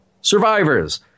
Survivors